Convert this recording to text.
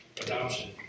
adoption